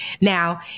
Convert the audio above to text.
Now